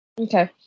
Okay